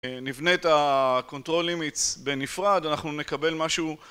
נבנה את ה-Control Limits בנפרד, אנחנו נקבל משהו...